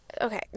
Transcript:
okay